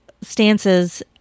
stances